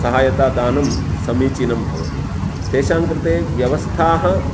सहायता दानं समीचीनं भवति तेषां कृते व्यवस्थाः